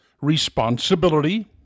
responsibility